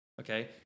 Okay